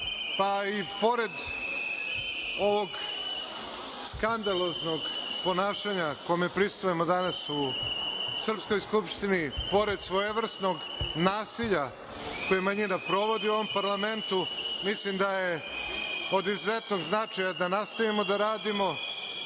pa i pored ovog skandaloznog ponašanja kome prisustvujemo danas u srpskoj Skupštini, pored svojevrsnog nasilja koje manjina sprovodi u ovom parlamentu, mislim da je od izuzetnog značaja da nastavimo da radimo,